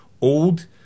old